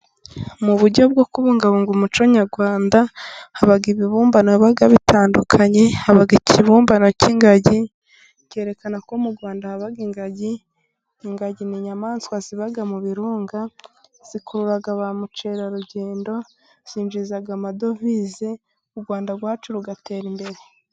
Mu buryo bwo kubungabunga umuco nyarwanda haba ibibumbano biba bitandukanye, haba ikibumbano cy'ingagi cyerekanako mu Rwanda haba ingagi. Ingagi ni inyamaswa ziba mu birunga zikurura ba mukerarugendo, zinjiza amadovize u Rwanda rwacu rugatera imbere.